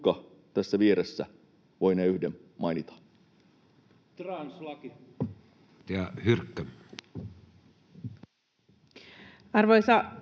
Jukka tässä vieressä voinee yhden mainita.